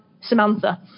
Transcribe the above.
Samantha